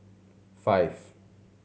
five